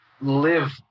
live